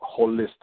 holistic